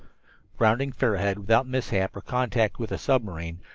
rounding fair head without mishap or contact with a submarine,